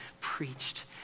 preached